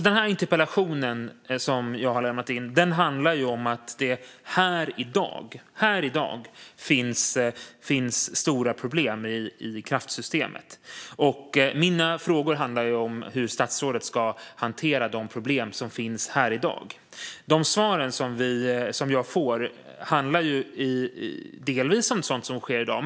Min interpellation handlar om att det här och i dag finns stora problem i kraftsystemet. Mina frågor handlar om hur statsrådet ska hantera de problem som finns här och i dag. De svar som jag får handlar delvis om sådant som sker i dag.